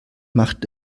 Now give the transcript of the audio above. macht